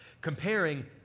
comparing